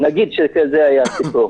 נגיד שזה היה הסיפור.